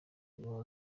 niwe